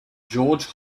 george